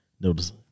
notice